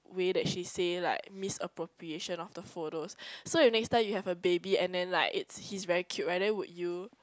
way that she say like misappropriation of the photos so you next time you have a baby and then like it's he's very cute right then would you